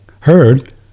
heard